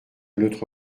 notre